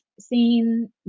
Seen